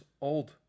old